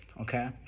okay